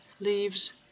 leaves